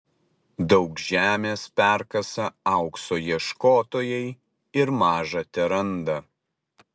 daug žemės perkasa aukso ieškotojai ir maža teranda